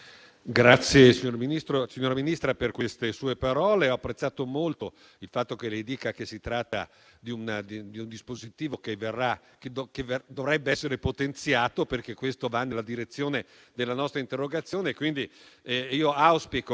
la ringrazio per queste sue parole; ho apprezzato molto il fatto che lei dica che si tratta di un dispositivo che dovrebbe essere potenziato, perché questo va nella direzione della nostra interrogazione.